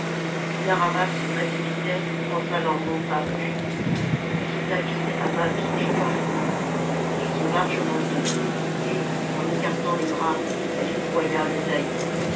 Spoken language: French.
et narr'havas se précipitait quand salammbô parut elle sauta vite à bas de son cheval elle ouvrit son large manteau et en écartant les bras elle déploya